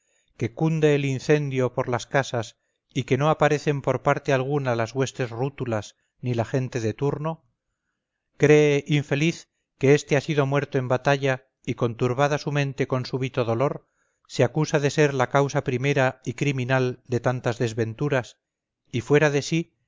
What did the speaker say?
que cunde el incendio por las casas y que no aparecen por parte alguna las huestes rútulas ni la gente de turno cree infeliz que este ha sido muerto en la batalla y conturbada su mente con súbito dolor se acusa de ser la causa primera y criminal de tantas desventuras y fuera de sí